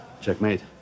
Checkmate